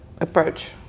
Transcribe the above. approach